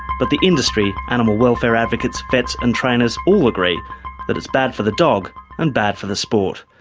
but the industry, animal welfare advocates, vets and trainers all agree that it's bad for the dog and bad for the sport.